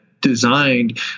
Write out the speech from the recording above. designed